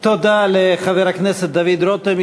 תודה לחבר הכנסת דוד רותם,